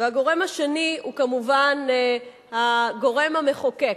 והגורם השני הוא כמובן הגורם המחוקק,